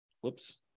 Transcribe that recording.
whoops